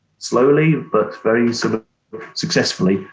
slowly but very sort of successfully,